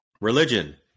Religion